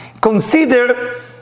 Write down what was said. consider